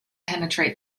penetrate